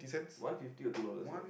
one fifty or two dollars ah